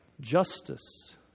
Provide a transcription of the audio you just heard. Justice